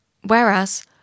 whereas